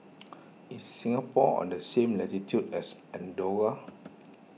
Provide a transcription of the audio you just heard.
is Singapore on the same latitude as andorra